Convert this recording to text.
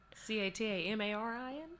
C-A-T-A-M-A-R-I-N